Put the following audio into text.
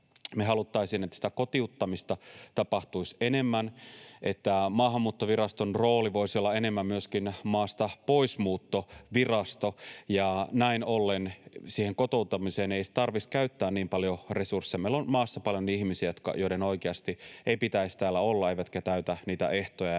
me haluttaisiin, että sitä kotiuttamista tapahtuisi enemmän, että Maahanmuuttoviraston rooli voisi olla enemmän myöskin maastapoismuuttovirasto, ja näin ollen siihen kotouttamiseen ei tarvitsisi käyttää niin paljon resursseja. Meillä on maassa paljon ihmisiä, joiden oikeasti ei pitäisi täällä olla ja jotka eivät täytä niitä ehtoja,